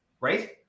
right